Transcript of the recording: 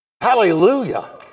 Hallelujah